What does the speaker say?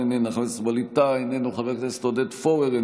אני עובר לרשימה השנייה: חבר הכנסת עופר כסיף,